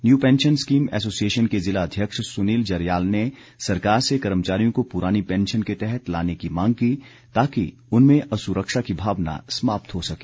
new pension scheme association के जिला अध्यक्ष सुनील जरयाल ने सरकार से कर्मचारियों को पुरानी पैंशन के तहत लाने की मांग की ताकि उनमें असुरक्षा की भावना समाप्त हो सके